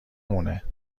مونه